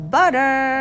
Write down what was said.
Butter